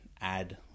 add